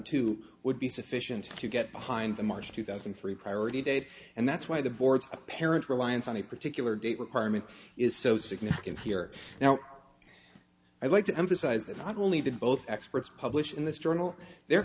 two would be sufficient to get behind the march two thousand and three priority date and that's why the board's apparent reliance on a particular date requirement is so significant here now i'd like to emphasize that not only did both experts publish in this journal the